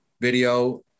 video